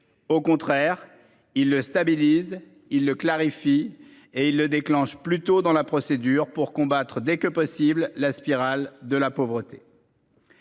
Au contraire, il stabilise il ne clarifie et ils le déclenchent plus tôt dans la procédure pour combattre dès que possible la spirale de la pauvreté.